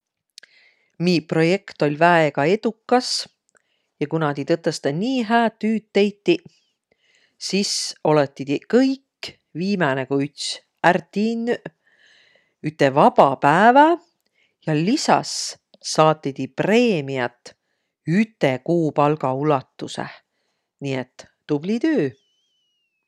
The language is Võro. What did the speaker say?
Miiq projekt oll' väega edukas ja kuna ti tõtõstõ nii hääd tüüd teitiq, sis olõti ti kõk, viimäne ku üts, ärq tiinnüq üte vaba päävä ja lisas saatiq ti preemiat üte kuupalga ulatusõh. Nii et tubli tüü!